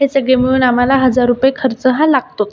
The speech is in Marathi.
हे सगळे मिळून आम्हाला हजार रुपये खर्च हा लागतोच